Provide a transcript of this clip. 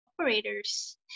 operators